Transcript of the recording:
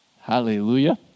Hallelujah